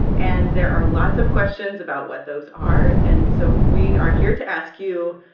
and there are lots of questions about what those are. and so we are here to ask you,